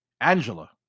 Angela